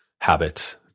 habits